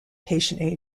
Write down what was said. patient